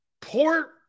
Poor